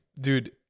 Dude